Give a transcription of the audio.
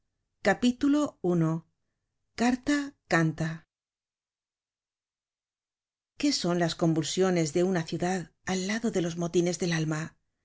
at i carta canta i qué son las convulsiones de una ciudad al lado de los motines del alma